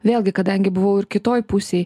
vėlgi kadangi buvau ir kitoj pusėj